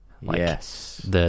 Yes